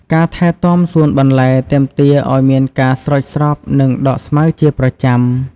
ការថែទាំសួនបន្លែទាមទារឱ្យមានការស្រោចស្រព និងដកស្មៅជាប្រចាំ។